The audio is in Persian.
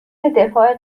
دفاع